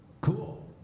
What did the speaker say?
Cool